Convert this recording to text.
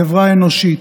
אלא החברה האנושית.